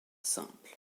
simple